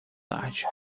tarde